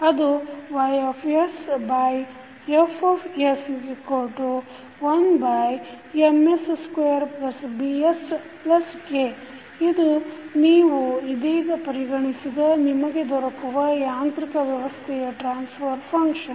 ಅದು YF1Ms2BsK ಇದು ನೀವು ಇದೀಗ ಪರಿಗಣಿಸಿದ ನಿಮಗೆ ದೊರಕುವ ಯಾಂತ್ರಿಕ ವ್ಯವಸ್ಥೆಯ ಟ್ರಾನ್ಫರ್ ಫಂಕ್ಷನ್